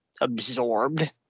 absorbed